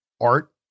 Art